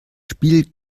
spiel